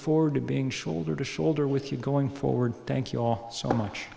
forward to being shoulder to shoulder with you going forward thank you all so much